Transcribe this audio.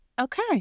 Okay